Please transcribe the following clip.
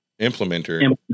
implementer